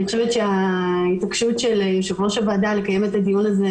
חושבת שההתעקשות של יושב ראש הוועדה לקיים את הדיון הזה